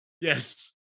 Yes